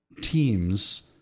teams